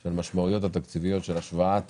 של המשמעויות התקציביות של השוואת